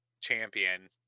champion